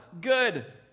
Good